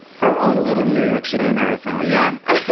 her own little new york city marathon. yeah.